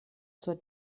zur